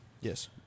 Yes